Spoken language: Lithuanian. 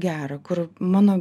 gera kur mano